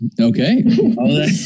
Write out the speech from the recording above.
Okay